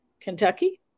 Kentucky